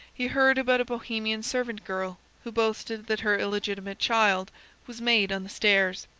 he heard about a bohemian servant-girl who boasted that her illegitimate child was made on the stairs.